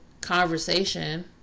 conversation